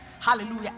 Hallelujah